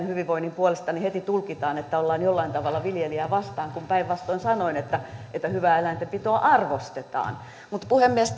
hyvinvoinnin puolesta niin heti tulkitaan että ollaan jollain tavalla viljelijää vastaan kun päinvastoin sanoin että että hyvää eläintenpitoa arvostetaan mutta puhemies